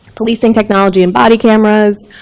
policing technology and body cameras,